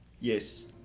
yes